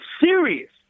serious